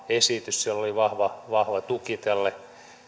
esitys siellä oli vahva vahva tuki tälle